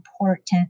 important